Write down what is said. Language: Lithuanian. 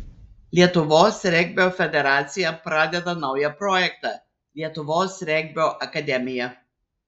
lietuvos regbio federacija pradeda naują projektą lietuvos regbio akademija